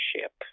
ship